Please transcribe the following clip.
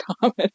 common